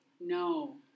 No